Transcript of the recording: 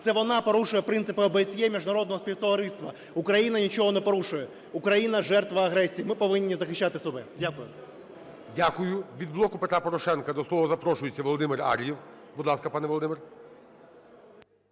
Це вона порушує принципи ОСБЄ, міжнародного співтовариства. Україна нічого не порушує, Україна – жертва агресії, ми повинні захищати себе. Дякую. ГОЛОВУЮЧИЙ. Дякую. Від "Блоку Петра Порошенка" до слова запрошується Володимир Ар'єв. Будь ласка, пане Володимир.